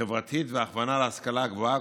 חברתית והכוונה להשכלה גבוהה,